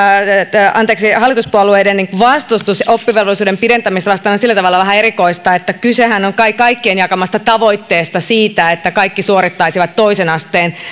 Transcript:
tämä hallituspuolueiden vastustus oppivelvollisuuden pidentämistä kohtaan on sillä tavalla vähän erikoista että kysehän on kai kaikkien jakamasta tavoitteesta siitä että kaikki suorittaisivat toisen asteen